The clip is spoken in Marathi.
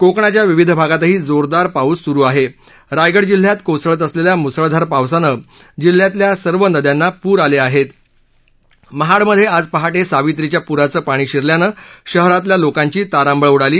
कोकणाच्या विविध भागातही जोरदार पाऊस सुरू आह रायगड जिल्ह्यात कोसळत असलख्खा मुसळधार पावसानं जिल्हयातील सर्व नद्यांना पूर आलख्खाहक्त महाडमध्ये आज पहाटख्खावित्रीच्या पुराचं पाणी शिरल्यानं शहरातील लोकांची तारांबळ उडाली